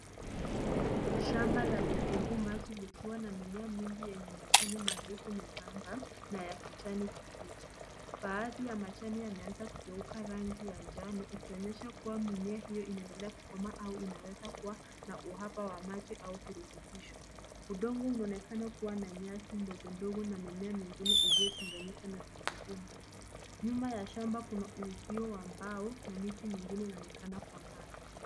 Shamba la vitunguu maji likiwa na mimea mingi yenye majani marefu membamba na ya kijani kibichi. Baadhi ya majani yameanza kugeuka rangi ya njano, ikionyesha kuwa mimea hiyo imeendelea kukomaa au inaweza kuwa na uhaba wa maji au virutubisho. Udongo unaonekana kuwa na nyasi ndogo ndogo na mimea mingine iliyochanganyika na vitunguu maji. Nyuma ya shamba kuna uzio wa mbao na miti mingine inaonekana kwa mbali.